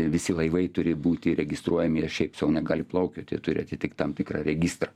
visi laivai turi būti registruojami jie šiaip sau negali plaukioti jie turi atitikt tam tikrą registrą